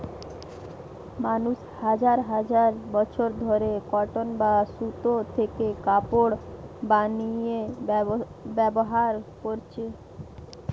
মানুষ হাজার হাজার বছর ধরে কটন বা সুতো থেকে কাপড় বানিয়ে ব্যবহার করছে